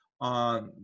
on